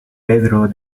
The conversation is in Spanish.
pedro